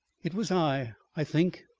it was i, i think,